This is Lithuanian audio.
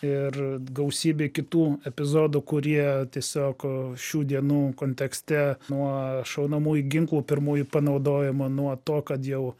ir gausybė kitų epizodų kurie tiesiog šių dienų kontekste nuo šaunamųjų ginklų pirmųjų panaudojimo nuo to kad jau